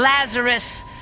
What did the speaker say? Lazarus